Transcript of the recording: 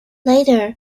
later